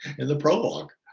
in the prologue.